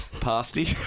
pasty